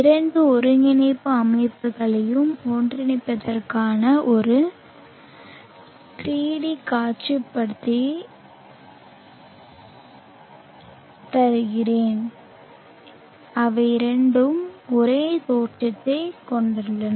இரண்டு ஒருங்கிணைப்பு அமைப்புகளையும் ஒன்றிணைப்பதற்கான ஒரு 3D காட்சிப்படுத்தல் தருகிறேன் அவை இரண்டும் ஒரே தோற்றத்தைக் கொண்டுள்ளன